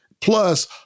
plus